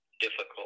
difficult